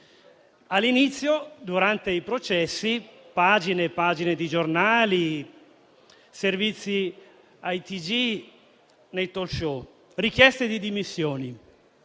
all'inizio, durante i processi, vi erano pagine e pagine di giornali, servizi ai TG e nei *talkshow*, richieste di dimissioni.